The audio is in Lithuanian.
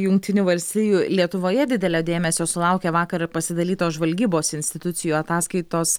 jungtinių valstijų lietuvoje didelio dėmesio sulaukė vakar pasidalytos žvalgybos institucijų ataskaitos